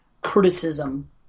criticism